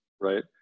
right